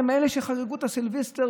הם אלה שחגגו את הסילבסטר